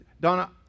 Donna